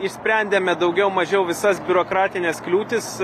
išsprendėme daugiau mažiau visas biurokratines kliūtis